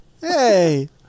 hey